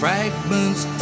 Fragments